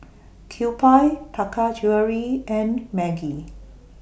Kewpie Taka Jewelry and Maggi